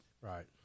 Right